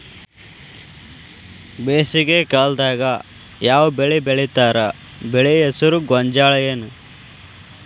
ಬೇಸಿಗೆ ಕಾಲದಾಗ ಯಾವ್ ಬೆಳಿ ಬೆಳಿತಾರ, ಬೆಳಿ ಹೆಸರು ಗೋಂಜಾಳ ಏನ್?